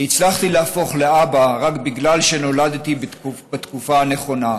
אני הצלחתי להפוך לאבא רק בגלל שנולדתי בתקופה הנכונה.